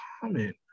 comment